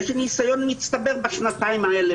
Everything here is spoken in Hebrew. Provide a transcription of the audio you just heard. יש ניסיון מצטבר בשנתיים האלה,